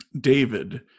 David